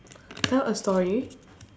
tell a story